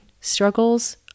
struggles